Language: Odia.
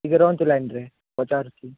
ଟିକେ ରୁହନ୍ତୁ ଲାଇନ୍ରେ ପଚାରୁଛି